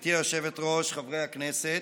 גברתי היושבת-ראש, חברי הכנסת,